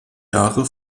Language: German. jahre